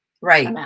Right